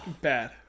Bad